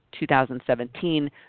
2017